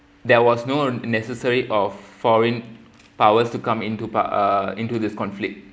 there was no necessary of foreign powers to come into uh into this conflict